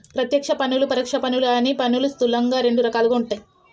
ప్రత్యక్ష పన్నులు, పరోక్ష పన్నులు అని పన్నులు స్థూలంగా రెండు రకాలుగా ఉంటయ్